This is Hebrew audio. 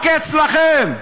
רק אצלכם,